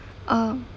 uh